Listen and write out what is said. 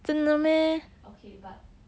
okay but